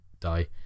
Die